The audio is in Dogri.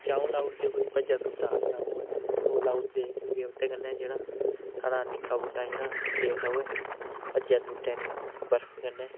चाऊ लाई ओड़दे कोई भज्जा त्रुट्टै दा चाऊ कन्नै ओह् लाई ओड़दे क्योंकि ओह्दे कन्नै साढ़ा निक्का बूह्टा जेह्ड़ा सेफ रवै भज्जै त्रुट्टै नेईं बर्फ कन्नै